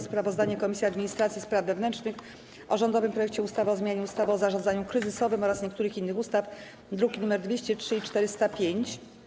Sprawozdanie Komisji Administracji i Spraw Wewnętrznych o rządowym projekcie ustawy o zmianie ustawy o zarządzaniu kryzysowym oraz niektórych innych ustaw, druki nr 203 i 405.